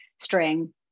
string